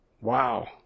wow